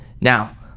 Now